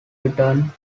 return